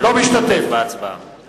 משתתף בהצבעה